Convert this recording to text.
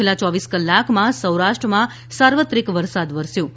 છેલ્લા ચોવીસ કલાકમાં સૌરાષ્ટ્રમાં સાર્વત્રિક વરસાદ વરસ્યો છે